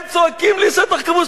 הם צועקים לי "שטח כבוש"?